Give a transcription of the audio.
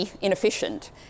inefficient